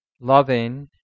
loving